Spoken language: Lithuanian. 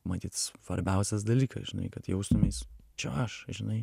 matyt svarbiausias dalykas žinai kad jaustumeis čia aš žinai